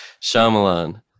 Shyamalan